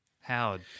Howard